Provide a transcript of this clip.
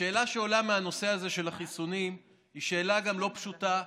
השאלה שעולה מהנושא הזה של החיסונים היא שאלה לא פשוטה,